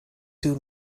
too